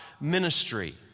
ministry